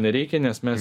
nereikia nes mes